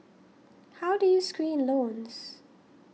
how do you screen loans